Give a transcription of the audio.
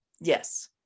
yes